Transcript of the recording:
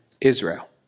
israel